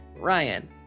Ryan